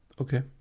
Okay